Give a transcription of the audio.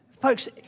Folks